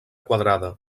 quadrada